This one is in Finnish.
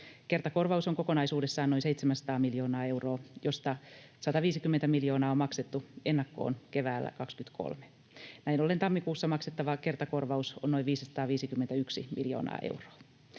Kertakorvaus on kokonaisuudessaan noin 700 miljoonaa euroa, josta 150 miljoonaa on maksettu ennakkoon keväällä 23. Näin ollen tammikuussa maksettava kertakorvaus on noin 551 miljoonaa euroa.